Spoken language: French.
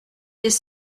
les